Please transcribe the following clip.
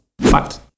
Fact